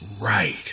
right